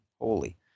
holy